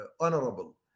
honorable